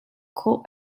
khawh